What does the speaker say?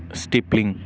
stippling